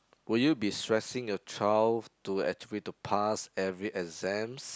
will you be stressing your child to actually to pass every exams